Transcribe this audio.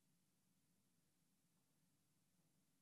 --- אחרת